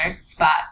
spots